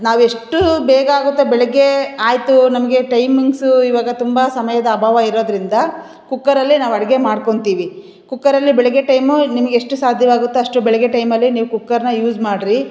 ನಾವು ಎಷ್ಟು ಬೇಗ ಆಗುತ್ತೋ ಬೆಳಗ್ಗೆ ಆಯಿತು ನಮಗೆ ಟೈಮಿಂಗ್ಸು ಇವಾಗ ತುಂಬ ಸಮಯದ ಅಭಾವ ಇರೋದರಿಂದ ಕುಕ್ಕರಲ್ಲಿ ನಾವು ಅಡುಗೆ ಮಾಡ್ಕೊಂತೀವಿ ಕುಕ್ಕರಲ್ಲಿ ಬೆಳಗ್ಗೆ ಟೈಮು ನಿಮ್ಗೆ ಎಷ್ಟು ಸಾಧ್ಯವಾಗುತ್ತೆ ಅಷ್ಟು ಬೆಳಗ್ಗೆ ಟೈಮಲ್ಲಿ ನೀವು ಕುಕ್ಕರನ್ನ ಯೂಸ್ ಮಾಡಿರಿ